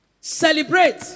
Celebrate